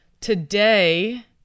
today